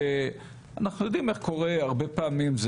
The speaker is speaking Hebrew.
אנחנו יודעים איך קורה הרבה פעמים,